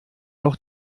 noch